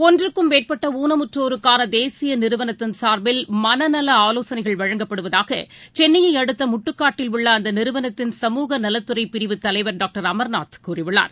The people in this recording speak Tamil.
ஒன்றுக்கும் மேற்பட்டஊனமுற்றோருக்கானதேசியநிறுவனத்தின் சார்பில் மனநலஆலோசனைகள் வழங்கப்படுவதாகசென்னையைஅடுத்தமுட்டுக்காட்டில் உள்ளஅந்தநிறுவனத்தின் சமூக நலத்துறைபிரிவுத் தலைவர் டாக்டர் அமர்நாத் கூறியுள்ளார்